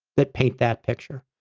that paint that picture.